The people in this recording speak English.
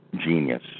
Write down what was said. genius